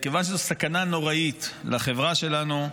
מכיוון שזו סכנה נוראית לחברה שלנו,